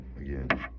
again